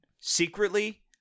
secretly